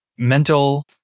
mental